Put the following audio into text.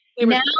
Now